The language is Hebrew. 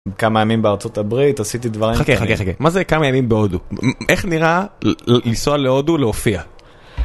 כמה ימים בארצות הברית עשיתי דברים חכה חכה חכה מה זה כמה ימים בהודו איך נראה לנסוע להודו להופיע ?